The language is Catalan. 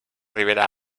ribera